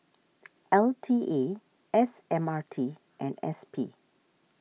L T A S M R T and S P